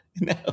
No